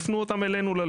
תמיד.